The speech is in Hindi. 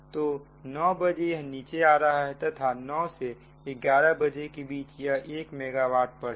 तो 900 बजे यह नीचे आ रहा है तथा 900 से 1100 के बीच यह 1 मेगा वाट पर है